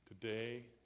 today